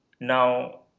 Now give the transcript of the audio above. now